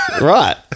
Right